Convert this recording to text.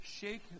shake